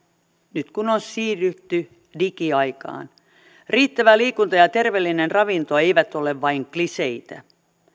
nyt kun on siirrytty digiaikaan riittävä liikunta ja ja terveellinen ravinto eivät ole vain kliseitä